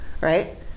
right